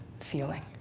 feeling